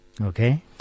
Okay